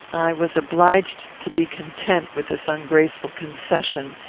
i was obliged to be content with this ungraceful concession,